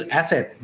asset